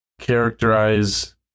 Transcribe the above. characterize